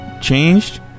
changed